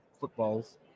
footballs